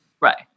Right